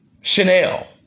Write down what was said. Chanel